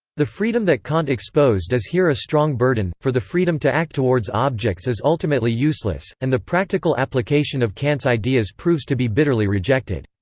the freedom that kant exposed is here a strong burden, for the freedom to act towards objects is ultimately useless, and the practical application of kant's ideas proves to be bitterly rejected.